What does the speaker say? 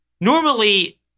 Normally